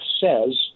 says